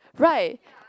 right